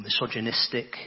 misogynistic